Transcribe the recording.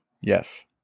yes